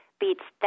beats